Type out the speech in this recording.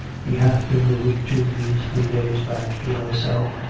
he hath been moved, too, these three days back, to another cell,